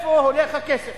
לאיפה הולך הכסף?